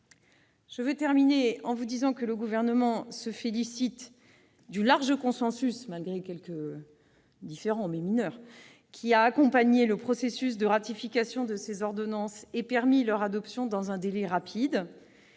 Je conclurai en indiquant que le Gouvernement se félicite du large consensus- malgré quelques différends mineurs -ayant accompagné le processus de ratification de ces ordonnances et permis leur adoption dans un délai rapide.